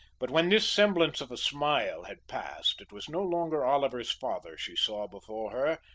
but when this semblance of a smile had passed, it was no longer oliver's father she saw before her,